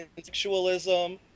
sexualism